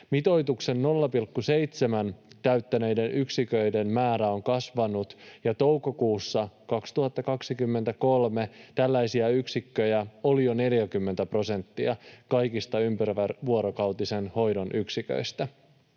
Mitoituksen 0,7 täyttäneiden yksiköiden määrä on kasvanut, ja toukokuussa 2023 tällaisia yksikköjä oli jo 40 prosenttia kaikista ympärivuorokautisen hoidon yksiköistä.